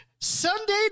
sunday